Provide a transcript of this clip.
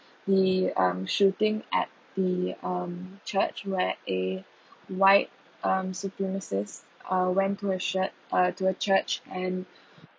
the um shooting at the um church where a white um supremacist uh went to a shirt uh to a church and